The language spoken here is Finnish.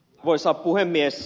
arvoisa puhemies